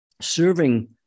serving